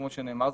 כמו שנאמר,